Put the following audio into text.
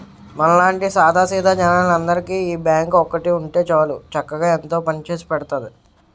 మనలాంటి సాదా సీదా జనాలందరికీ ఈ బాంకు ఒక్కటి ఉంటే చాలు చక్కగా ఎంతో పనిచేసి పెడతాంది